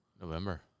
November